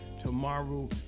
Tomorrow